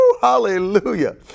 hallelujah